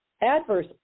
adverse